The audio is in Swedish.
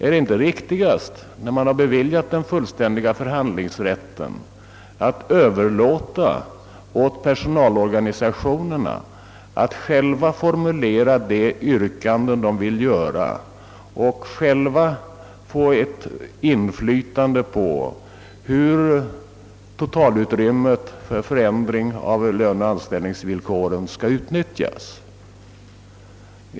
Är det inte riktigast — när man beviljat den fullständiga förhandlingsrätten — att överlåta åt personalorganisationerna att själva formulera de yrkanden de vill framställa och själva få ett inflytande över hur totalutrymmet för förändring av löneoch anställningsvillkoren skall utnyttjas?